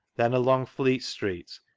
then along fleet street,